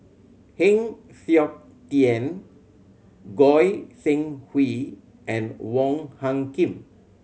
Heng Siok Tian Goi Seng Hui and Wong Hung Khim